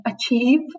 achieve